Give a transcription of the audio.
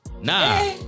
Nah